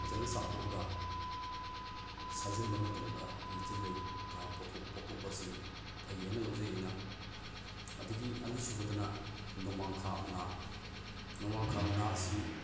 ꯐꯖꯅ ꯆꯥꯝꯊꯣꯛꯑꯒ ꯁꯥꯏꯖꯤꯟꯕ ꯃꯇꯃꯗ ꯑꯩꯈꯣꯏꯒꯤ ꯆꯤꯜ ꯂꯩ ꯀ ꯄꯣꯛꯊꯣꯛꯄ ꯑꯁꯤ ꯐꯩ ꯍꯥꯏꯅ ꯂꯧꯖꯩ ꯑꯩꯅ ꯑꯗꯨꯗꯒꯤ ꯑꯅꯤ ꯁꯨꯕꯗꯅ ꯅꯣꯡꯃꯥꯡꯈꯥ ꯃꯅꯥ ꯅꯣꯡꯃꯥꯡꯈꯥ ꯃꯅꯥ ꯑꯁꯤ